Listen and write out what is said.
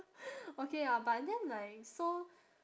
okay ah but then like so